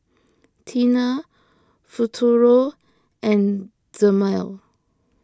Tena Futuro and Dermale